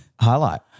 highlight